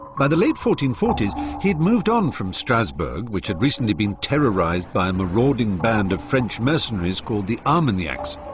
by the late fourteen forty s he'd moved on from strasbourg, which had recently been terrorised by a marauding band of french mercenaries called the armagnacs